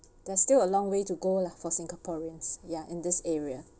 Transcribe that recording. there still a long way to go lah for singaporeans yeah in this area